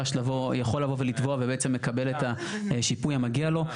לבוא ולתבוע ובעצם מקבל את השיפוי המגיע לו.